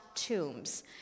tombs